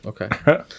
okay